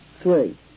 Three